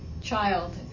child